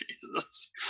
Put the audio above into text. Jesus